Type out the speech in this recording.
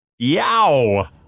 Yow